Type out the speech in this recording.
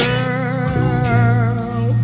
Girl